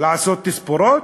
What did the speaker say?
לעשות תספורות?